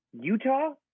Utah